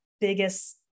biggest